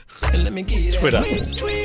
Twitter